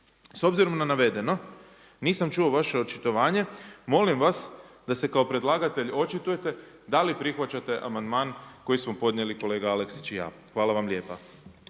S obzirom na navedeno, nisam čuo vaš očitovanje. Molim vas da se kao predlagatelj očitujete da li prihvaćate amandman koji su podnijeli kolega Aleksić i ja. Hvala vam lijepa.